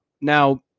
Now